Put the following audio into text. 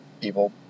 people